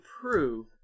prove